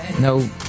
No